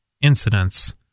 incidents